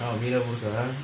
oh mee rebus